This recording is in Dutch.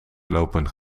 lopen